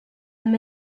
them